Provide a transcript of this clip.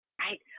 right